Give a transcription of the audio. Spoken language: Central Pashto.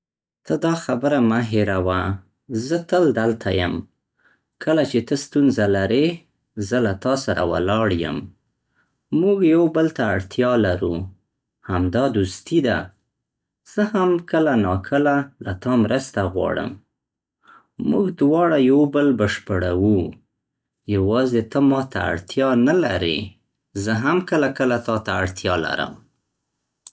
ته دا خبره مه هېروه، زه تل دلته یم. کله چې ته ستونزه لرې، زه له تاسره ولاړ یم. موږ یو بل ته اړتیا لرو، همدا دوستي ده. زه هم کله ناکله له تا مرسته غواړم. موږ دواړه یو بل بشپړوو، یوازې ته ما ته اړتیا نه لرې، زه هم کله کله تا ته اړتيا لرم.